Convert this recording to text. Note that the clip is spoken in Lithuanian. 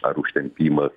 ar užtempimas